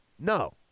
No